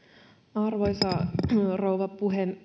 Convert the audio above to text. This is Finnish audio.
arvoisa rouva